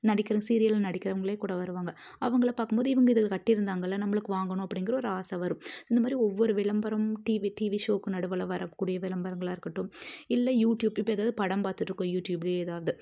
நடிக்கிற சீரியலில் நடிக்கிறவங்களே கூட வருவாங்க அவங்களை பார்க்கும் போது இவங்க இதை கட்டிருந்தாங்களே நம்பளுக்கு வாங்கணும் அப்படிங்கிற ஒரு ஆசை வரும் இந்த மாதிரி ஒவ்வொரு விளம்பரமும் டிவி டிவி ஷோக்கு நடுவில் வர கூடிய விளம்பரங்களாக இருக்கட்டும் இல்லை யூடியூப் இப்போ ஏதாவது படம் பார்த்துட்டு இருக்கோம் யூடியூப்லயே ஏதாவது